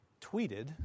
tweeted